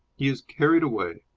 he is carried away.